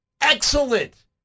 excellent